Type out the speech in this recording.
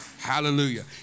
Hallelujah